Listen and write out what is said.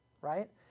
Right